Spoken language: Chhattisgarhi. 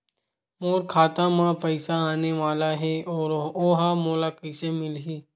मोर खाता म पईसा आने वाला हे ओहा मोला कइसे मिलही?